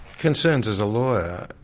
concerns as a lawyer,